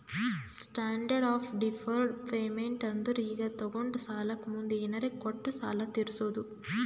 standard of deferred payment ಅಂದುರ್ ಈಗ ತೊಗೊಂಡ ಸಾಲಕ್ಕ ಮುಂದ್ ಏನರೇ ಕೊಟ್ಟು ಸಾಲ ತೀರ್ಸೋದು